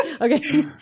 Okay